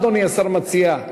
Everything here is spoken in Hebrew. מה אדוני השר מציע,